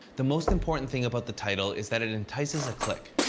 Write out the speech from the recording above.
the most important thing about the title is that it entices a click.